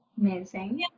amazing